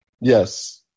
Yes